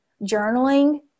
journaling